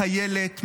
חיילת,